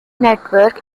network